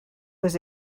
was